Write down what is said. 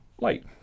light